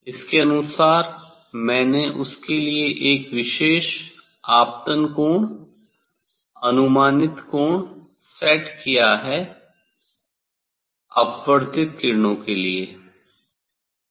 इसके अनुसार मैंने उसके लिए एक विशेष आपतन कोण अनुमानित कोण सेट किया है अपवर्तित किरणों के रीडिंग के लिए